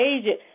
agent